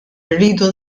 irridu